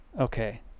okay